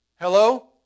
Hello